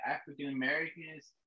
African-Americans